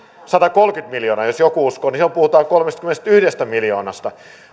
satakolmekymmentä miljoonaa niin silloin puhutaan kolmestakymmenestäyhdestä miljoonasta